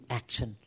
action